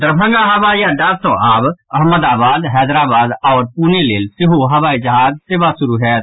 दरभंगा हवाई अड्डा सँ आब अहमदाबाद हैदराबाद आओर पुणे लेल सेहो हवाई जहाज सेवा शुरू होयत